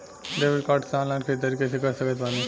Debit card से online ख़रीदारी कैसे कर सकत बानी?